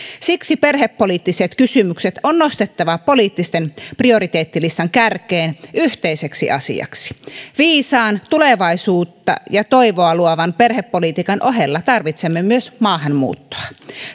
siksi perhepoliittiset kysymykset on nostettava poliittisen prioriteettilistan kärkeen yhteiseksi asiaksi viisaan tulevaisuutta ja toivoa luovan perhepolitiikan ohella tarvitsemme myös maahanmuuttoa